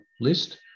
list